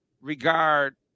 regard